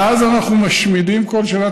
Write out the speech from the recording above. ואז אנחנו משמידים כל שנה,